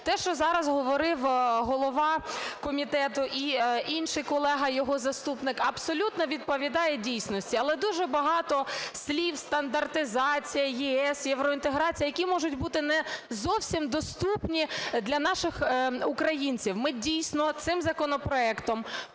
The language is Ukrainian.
Те, що зараз говорив голова комітету і інший колега, його заступник, абсолютно відповідає дійсності. Але дуже багато слів "стандартизація", "ЄС", "євроінтеграція", які можуть бути не зовсім доступні для наших українців. Ми, дійсно, цим законопроектом посилюємо